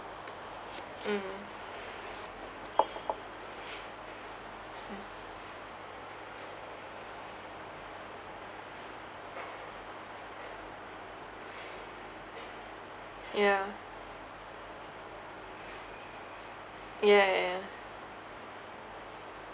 mm ya ya ya ya